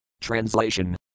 Translation